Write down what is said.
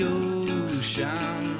ocean